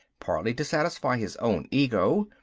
partly to satisfy his own ego,